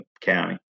County